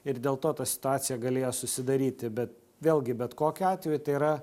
ir dėl to ta situacija galėjo susidaryti bet vėlgi bet kokiu atveju tai yra